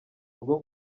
rwo